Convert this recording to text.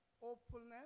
hopefulness